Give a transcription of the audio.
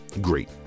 great